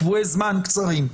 קבועי זמן קצרים.